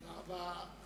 תודה רבה.